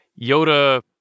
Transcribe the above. Yoda